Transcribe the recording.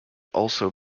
also